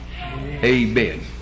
Amen